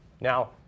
Now